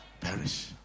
perish